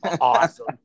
Awesome